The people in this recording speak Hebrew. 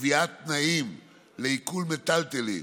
קביעת תנאים לעיקול מיטלטלין,